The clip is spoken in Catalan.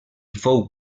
fou